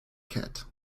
cat